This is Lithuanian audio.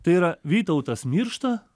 tai yra vytautas miršta